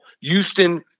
Houston